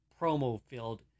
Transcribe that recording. promo-filled